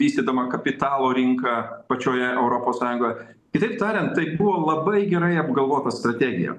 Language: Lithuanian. vystydama kapitalo rinką pačioje europos sąjungoje kitaip tariant tai buvo labai gerai apgalvota strategija